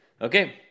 Okay